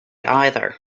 either